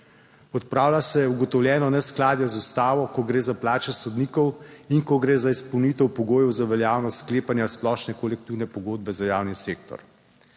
Odpravlja se ugotovljeno neskladje z Ustavo, ko gre za plače sodnikov in ko gre za izpolnitev pogojev za veljavnost sklepanja splošne kolektivne pogodbe za javni sektor.